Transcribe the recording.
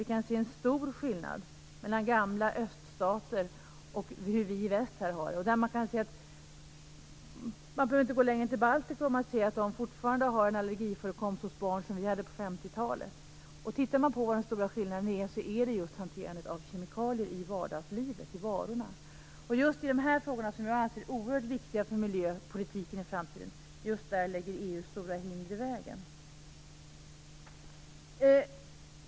Vi kan se en stor skillnad mellan hur man har det i de gamla öststaterna och hur vi i väst har det. Man behöver inte gå längre än till Baltikum där man har en allergiförekomst hos barn som motsvarar den som vi hade på 50-talet. Den stora skillnaden mellan de gamla öststaterna och övriga länder är hanterandet av kemikalier i vardagslivet, i varorna. Just i dessa frågor, som jag anser vara oerhört viktiga för miljöpolitiken i framtiden, lägger EU stora hinder i vägen.